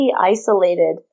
isolated